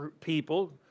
people